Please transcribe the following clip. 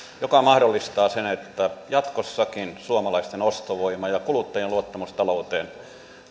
mikä mahdollistaa sen että jatkossakin suomalaisten ostovoima ja kuluttajan luottamus talouteen